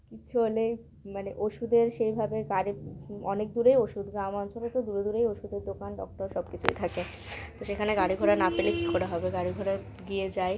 কিছু হলেই মানে ওষুধের সেইভাবে কারে অনেক দূরেই ওষুধ গ্রাম অঞ্চলে তো দূরে দূরেই ওষুদের দোকান ডক্টর সব কিছুই থাকে তো সেখানে গাড়ি ঘোড়া না পেলে কী করে হবে গাড়ি ঘোড়া গিয়ে যায়